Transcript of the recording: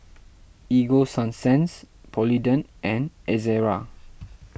Ego Sunsense Polident and Ezerra